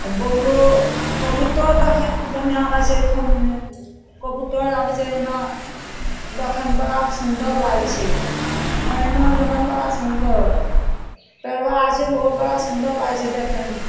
बोगरो कबूतर देखय बन्हिआँ लागय छै कबूतर आबय छै अँगना देखयमे बड़ा सुन्दर लागय छै मैनो देखयमे बड़ा सुन्दर पड़बा छै ओहो बड़ा सुन्दर लागय छै देखयमे